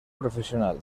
profesional